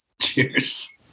Cheers